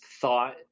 thought